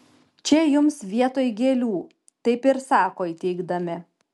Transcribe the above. čia jums vietoj gėlių taip ir sako įteikdami